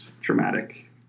dramatic